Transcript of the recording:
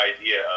idea